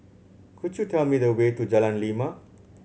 could you tell me the way to Jalan Lima